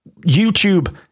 YouTube